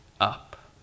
up